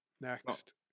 Next